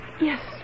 Yes